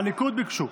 הליכוד ביקשו.